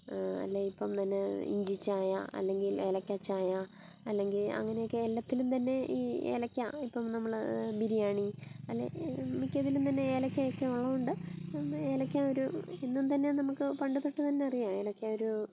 അല്ലേ ഇപ്പം തന്നെ ഇഞ്ചിച്ചായ അല്ലെങ്കിൽ ഏലക്കാച്ചായ അല്ലെങ്കിൽ അങ്ങനെയൊക്കെ എല്ലാത്തിലും തന്നെ ഈ ഏലക്കാ ഇപ്പം നമ്മൾ ബിരിയാണി അല്ലേ മിക്കതിലും തന്നെ ഏലക്കാ ഒക്കെ ഉള്ളോണ്ട് നമ്മൾ ഏലക്കാ ഒരു ഇന്നും തന്നെ നമുക്ക് പണ്ട് തൊട്ട് തന്നെ അറിയാം ഏലക്കാ ഒരു